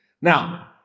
Now